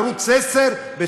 בערוץ 10,